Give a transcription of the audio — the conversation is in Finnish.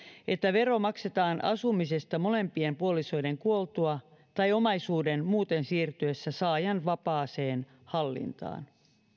että vero maksetaan asumisesta molempien puolisoiden kuoltua tai omaisuuden muuten siirtyessä saajan vapaaseen hallintaan